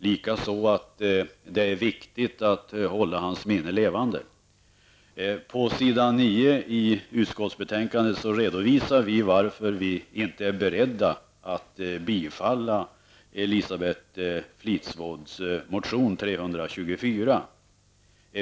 Likaså är vi eniga om att det är viktigt att hålla hans minne levande. På s. 9 i utskottets betänkande redovisar vi varför vi inte är beredda att bifalla Elisabeth Fleetwoods motion 324.